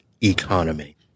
economy